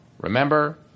Remember